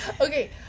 Okay